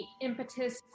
impetus